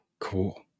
cool